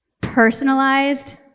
personalized